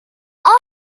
all